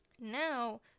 Now